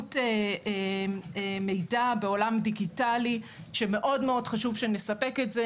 אוריינות מידע בעולם דיגיטלי שמאוד חשוב שנספק את זה.